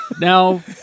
Now